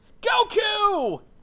Goku